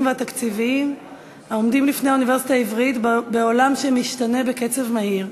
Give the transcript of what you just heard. והתקציביים העומדים לפני האוניברסיטה העברית בעולם שמשתנה בקצב מהיר.